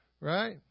right